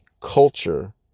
culture